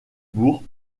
bourg